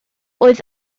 oedd